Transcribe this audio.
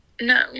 No